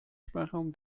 sprachraum